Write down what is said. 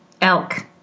Elk